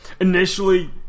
initially